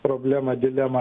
problema dilema